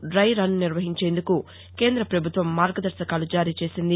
దై రన్ నిర్వహించేందుకు కేంద పభుత్వం మార్గదర్శకాలు జారీ చేసింది